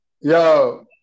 Yo